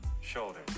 shoulders